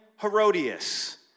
Herodias